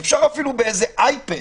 אפשר אפילו באיזה אייפד.